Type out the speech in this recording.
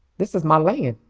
this is my land.